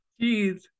Jeez